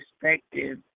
perspective